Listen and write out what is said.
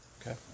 okay